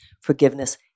forgiveness